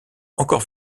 encore